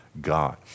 God